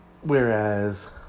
Whereas